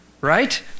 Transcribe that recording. right